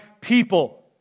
people